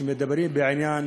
שמדברת בעניין